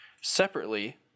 separately